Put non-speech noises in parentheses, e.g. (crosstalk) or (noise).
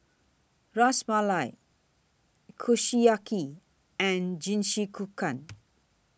Ras Malai Kushiyaki and (unintelligible)